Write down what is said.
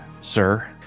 sir